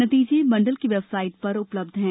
नतीजे मंडल की वेबसाइट पर उपलब्ध हैं